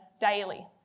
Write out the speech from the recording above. daily